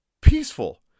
peaceful